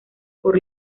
por